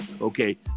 okay